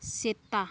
ᱥᱮᱛᱟ